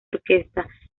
orquesta